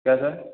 क्या सर